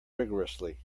rigourously